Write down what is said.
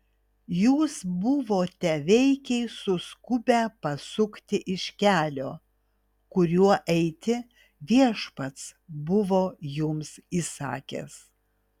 jūs buvote veikiai suskubę pasukti iš kelio kuriuo eiti viešpats buvo jums įsakęs